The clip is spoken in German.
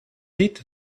lied